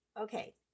okay